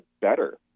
better